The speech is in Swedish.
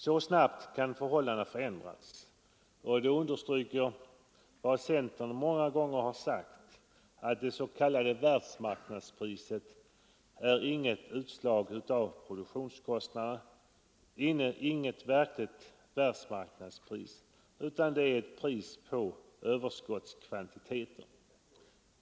Så snabbt kan förhållandena förändras. Det understryker vad centern många gånger har hävdat, nämligen att det s.k. värdsmarknadspriset inte är något utslag av produktionskostnaderna, dvs. inget verkligt världsmarknadspris, utan ett pris på överskottskvantiter.